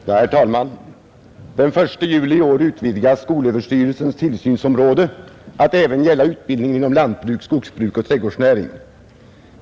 Herr talman! Den 1 juli i år utvidgas skolöverstyrelsens tillsynsområde att även gälla utbildningen inom lantbruk, skogsbruk och trädgårdsnäring.